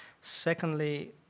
Secondly